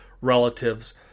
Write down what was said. relatives